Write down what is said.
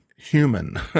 Human